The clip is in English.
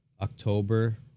October